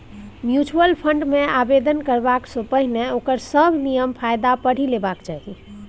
mutual fund मे आवेदन करबा सँ पहिने ओकर सभ नियम कायदा पढ़ि लेबाक चाही